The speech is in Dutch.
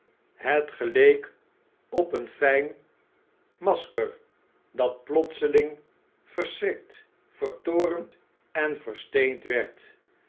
het geleek op een fijn masker dat plotseling verschrikt vertoornd en versteend werd